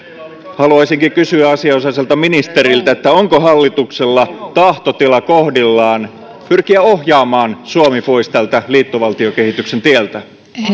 haluaisinkin kysyä asianosaiselta ministeriltä onko hallituksella tahtotila kohdillaan pyrkiä ohjaamaan suomi pois tältä liittovaltiokehityksen tieltä